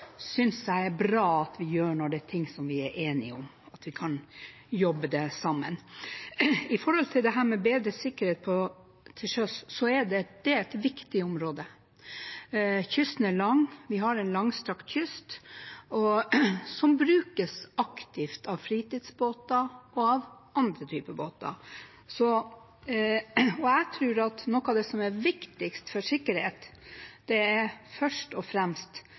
synes jeg er bra at vi gjør når det er ting vi er enige om at vi kan jobbe sammen om. Å bedre sikkerheten til sjøs er et viktig område. Kysten er lang. Vi har en langstrakt kyst som brukes aktivt med fritidsbåt og andre typer båter, og jeg tror at noe av det som er viktigst for sikkerheten, er først og fremst